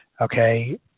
Okay